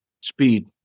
Speed